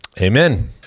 Amen